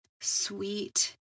sweet